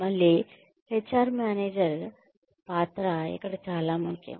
మళ్ళీ H R manager పాత్ర ఇక్కడ చాలా ముఖ్యం